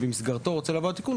שבמסגרתו רוצים להעביר את התיקון,